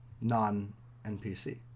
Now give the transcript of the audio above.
non-NPC